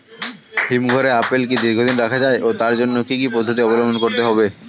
হিমঘরে আপেল কি দীর্ঘদিন রাখা যায় ও তার জন্য কি কি পদ্ধতি অবলম্বন করতে হবে?